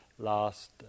last